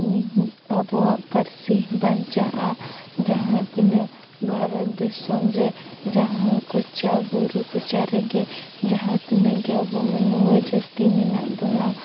ᱟᱵᱚᱣᱟᱜ ᱯᱟᱹᱨᱥᱤ ᱵᱟᱧᱪᱟᱜᱼᱟ ᱡᱟᱦᱟᱸ ᱛᱤᱱᱟᱹᱜ ᱵᱷᱟᱨᱚᱛ ᱫᱤᱥᱚᱢᱨᱮ ᱡᱟᱦᱟᱸ ᱠᱚᱪᱟ ᱵᱩᱨᱩ ᱠᱚᱪᱟᱨᱮᱜᱮ ᱡᱟᱦᱟᱸ ᱛᱤᱱᱟᱹᱜ ᱜᱮ ᱢᱟᱱᱣᱟ ᱡᱟᱹᱛᱤ ᱢᱮᱱᱟᱜᱵᱚᱱᱟ